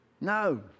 No